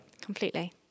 Completely